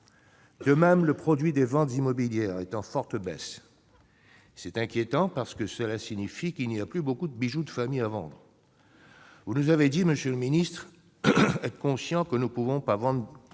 De même, le produit des ventes immobilières est en forte baisse. C'est inquiétant parce que cela signifie qu'il n'y a plus beaucoup de « bijoux de famille » à vendre ! Vous nous avez dit, monsieur le ministre, être conscient que « nous ne pouvons pas vendre